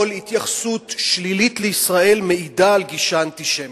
התייחסות שלילית לישראל מעידה על גישה אנטישמית.